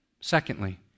Secondly